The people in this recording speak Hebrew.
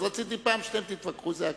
אז רציתי שפעם אתם תתווכחו, זה הכול.